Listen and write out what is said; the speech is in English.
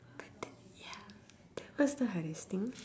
but then ya that was the hardest thing